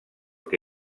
que